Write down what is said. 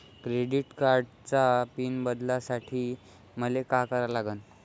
Credit कार्डाचा pin बदलासाठी मले का करा लागन?